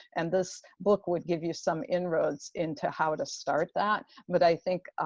and this book would give you some inroads into how to start that. but i think,